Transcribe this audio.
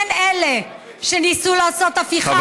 כן, אלה שניסו לעשות הפיכה